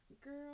girl